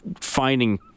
finding